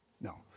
No